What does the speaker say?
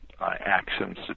actions